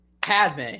Padme